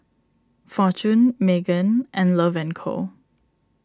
Fortune Megan and Love and Co